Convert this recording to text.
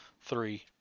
three